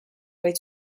vaid